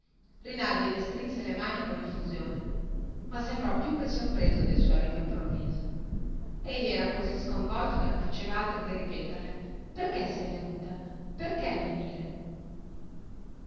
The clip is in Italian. rinaldi le strinse le mani con effusione ma sembrò più che sorpreso del suo arrivo improvviso egli era così sconvolto che non faceva altro che ripeterle perchè sei venuta perchè venire